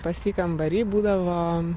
pas jį kambary būdavo